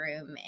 room